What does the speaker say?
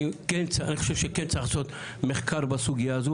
אני חושב שכן צריך לעשות מחקר בסוגייה הזו